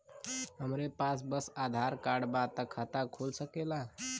हमरे पास बस आधार कार्ड बा त खाता खुल सकेला?